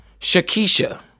Shakisha